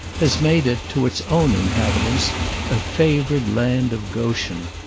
has made it to its own inhabitants a favoured land of goshen.